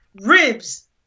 ribs